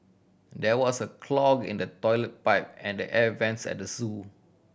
there was a clog in the toilet pipe and the air vents at the zoo